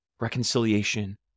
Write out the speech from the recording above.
reconciliation